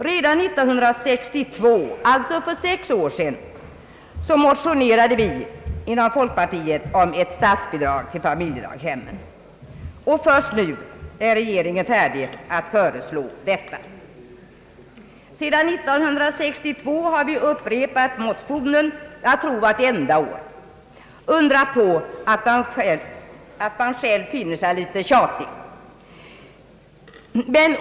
Redan 1962, dvs för sex år sedan, motionerade vi inom folkpartiet om ett statsbidrag till familjedaghemmen, och först nu är regeringen beredd att föreslå detta. Sedan år 1962 har vi upprepat motionen — jag tror varje år. Undra på att man själv finner sig något tjatig!